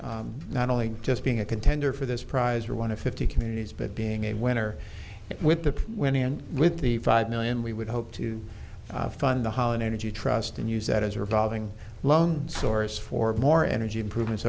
not not only just being a contender for this prize or one of fifty communities but being a winner with the winner and with the five million we would hope to fund the hollin energy trust and use that as a revolving loan source for more energy improvements